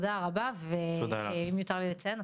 מיותר לי לציין,